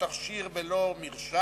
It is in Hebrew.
אבל הוא היה אתי במקסיקו-סיטי,